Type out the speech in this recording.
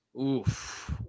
Oof